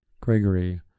Gregory